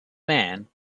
man